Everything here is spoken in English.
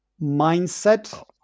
Mindset